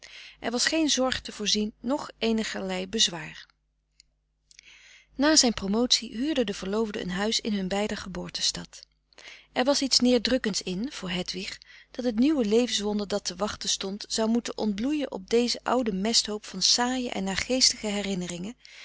er was geen zorg te voorzien noch eenigerlei bezwaar na zijn promotie huurden de verloofden een huis in hun beider geboortestad er was iets neerdrukkends in voor hedwig dat het nieuwe levenswonder dat te wachten stond zou moeten ontbloeien op dezen ouden mesthoop van saaie en naargeestige herinneringen